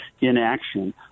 inaction